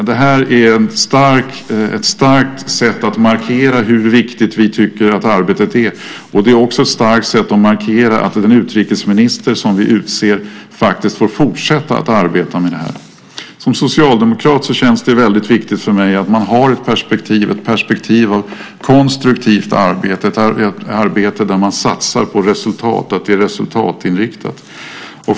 Det här är ett starkt sätt att markera hur viktigt vi tycker att arbetet är, och det är också ett starkt sätt att markera att den utrikesminister som vi utser faktiskt får fortsätta arbeta med det här. Som socialdemokrat tycker jag att det är väldigt viktigt att man har ett perspektiv av konstruktivt och resultatinriktat arbete.